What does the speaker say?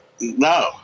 no